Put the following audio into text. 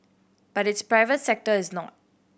but its private sector is not